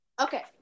Okay